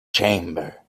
chamber